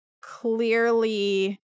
clearly